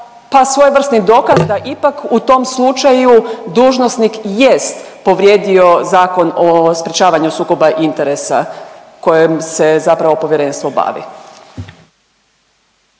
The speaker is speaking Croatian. pa svojevrsni dokaz da ipak u tom slučaj dužnosnik jest povrijedio Zakon o sprječavanju sukobu interesa kojim se zapravo Povjerenstvo bavi?